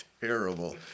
Terrible